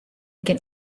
kin